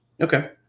Okay